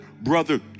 brother